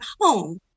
home